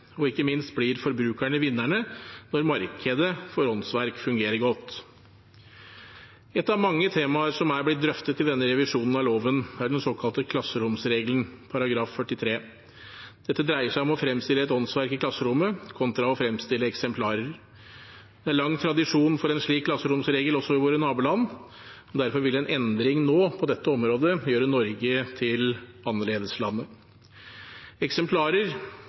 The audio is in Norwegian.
Og ikke minst blir forbrukerne vinnerne når markedet for åndsverk fungerer godt. Et av mange temaer som har blitt drøftet i denne revisjonen av loven, er den såkalte klasseromsregelen, § 43. Dette dreier seg om å fremstille et åndsverk i klasserommet kontra å fremstille eksemplarer. Det er lang tradisjon for en slik klasseromsregel også i våre naboland. Derfor vil en endring nå på dette området gjøre Norge til annerledeslandet. Eksemplarer